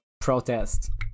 protest